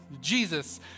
Jesus